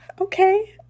okay